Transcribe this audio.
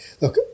look